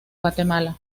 guatemala